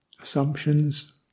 Assumptions